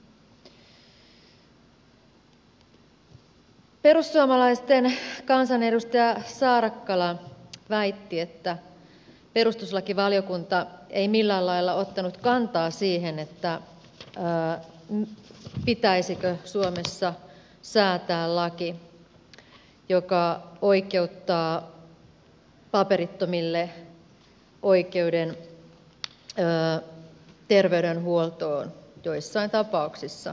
perussuomalaisten kansanedustaja saarakkala väitti että perustuslakivaliokunta ei millään lailla ottanut kantaa siihen pitäisikö suomessa säätää laki joka oikeuttaa paperittomille oikeuden terveydenhuoltoon joissain tapauksissa